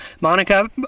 Monica